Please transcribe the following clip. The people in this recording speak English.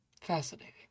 Fascinating